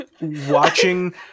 watching